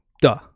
Duh